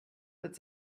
mit